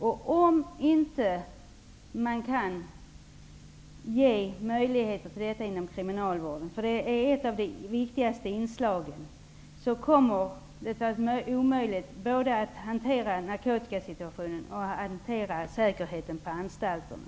Om man inte kan ge möjligheter till detta inom kriminalvården, eftersom det är ett av de viktigaste inslagen, kommer det att bli omöjligt både att hantera narkotikasituationen och att garantera säkerheten på anstalterna.